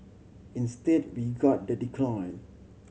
instead we got the decline